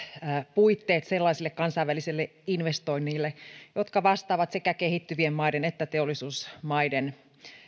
puitteet sellaisille kansainvälisille investoinneille jotka vastaavat sekä kehittyvien maiden että teollisuusmaiden